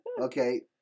Okay